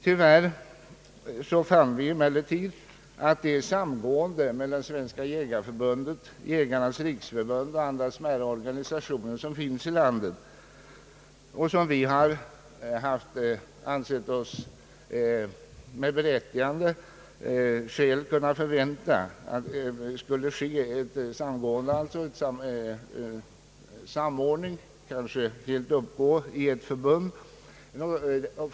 Tyvärr fann vi emellertid att det samgående mellan Svenska jägareförbundet, Jägarnas riksförbund och andra smärre jaktorganisationer som finns i landet och som vi ansett oss med berättigade skäl kunna förvänta ännu inte kommit till stånd.